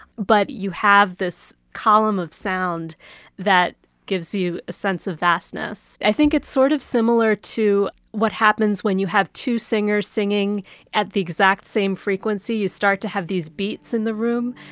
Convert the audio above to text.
but you have this column of sound that gives you a sense of vastness. i think it's sort of similar to what happens when you have two singers singing at the exact same frequency. you start to have these beats in the room.